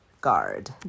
guard